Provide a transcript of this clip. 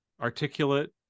articulate